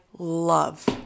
Love